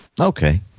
Okay